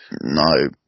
No